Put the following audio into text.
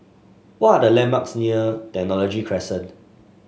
what are the landmarks near Technology Crescent